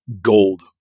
gold